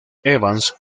evans